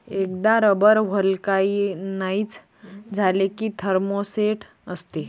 एकदा rubber vulcanise झाले की ते थर्मोसेट असते